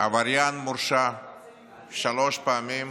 עבריין מורשע שלוש פעמים,